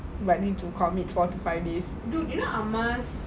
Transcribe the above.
likely to commit four fridays in a month